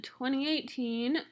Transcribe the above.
2018